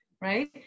right